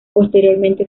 posteriormente